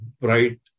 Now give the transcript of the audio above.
bright